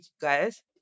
guys